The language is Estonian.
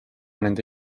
nende